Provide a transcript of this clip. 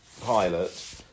pilot